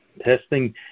testing